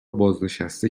بازنشسته